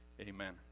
Amen